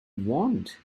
want